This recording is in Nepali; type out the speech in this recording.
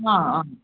अँ अँ